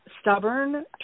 stubborn